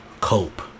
cope